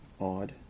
odd